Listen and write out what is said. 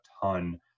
ton